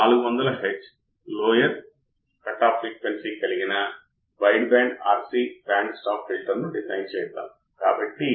రెండవ input offset current నన్ను కనుగొనమని అడిగితే ఈ 2 ఇన్పుట్ బేస్ కరెంట్లు ఈ విధంగా ఇవ్వబడ్డాయి